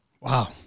Wow